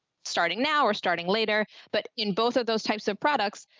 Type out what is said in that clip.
starting now or starting later, but in both of those types of products,